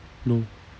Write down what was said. no